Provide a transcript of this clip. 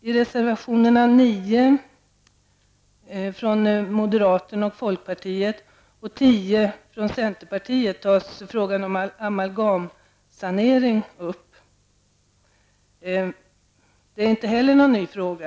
I reservation nr 9 från moderaterna och folkpartiet och i nr 10 från centerpartiet tar man upp frågan om amalgamsanering. Det är inte heller någon ny fråga.